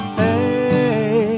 hey